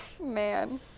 Man